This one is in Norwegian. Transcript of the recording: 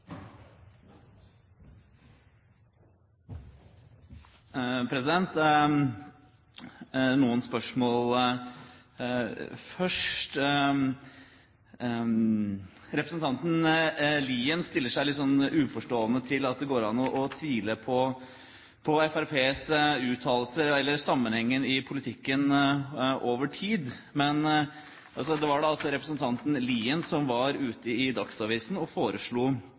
gjøre. Noen kommentarer først. Representanten Lien stiller seg litt uforstående til at det går an å tvile på Fremskrittspartiets uttalelser, eller sammenhengen i politikken, over tid. Det var altså representanten Lien som var ute i Dagsavisen og foreslo